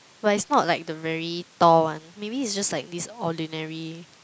but it's not like the very tall one maybe it's just like this ordinary